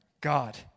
God